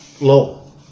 low